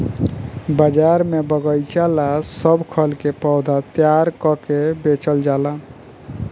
बाजार में बगएचा ला सब खल के पौधा तैयार क के बेचल जाला